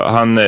Han